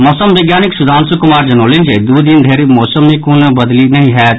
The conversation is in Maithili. मौसम वैज्ञानिक सुधांशु कुमार जनौलनि जे दू दिन धरि मौसम मे कोनो बदलि नहि होयत